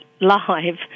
live